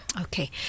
okay